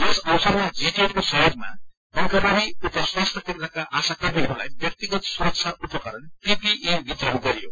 यस अवसरमा जीजटए को सहयोगमा पंखाबारी उप स्वासयि केन्द्रका अशा कर्मीहरूलाई व्याक्तिगत सुरक्षा उपकरण वितरण गरियो